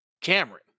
cameron